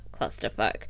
clusterfuck